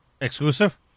exclusive